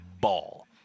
ball